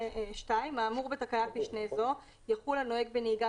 "האמור בתקנת משנה זו יחול על נוהג בנהיגה